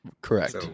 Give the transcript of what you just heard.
Correct